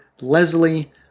Leslie